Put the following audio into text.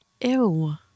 Ew